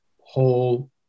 whole